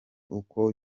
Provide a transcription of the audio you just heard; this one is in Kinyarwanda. uko